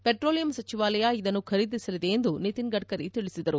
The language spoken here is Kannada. ಪೆಟ್ರೋಲಿಯಂ ಸಚಿವಾಲಯ ಇದನ್ನು ಖರೀದಿಸಲಿದೆ ಎಂದು ನಿತಿನ್ ಗಡ್ಡರಿ ತಿಳಿಸಿದರು